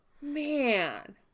man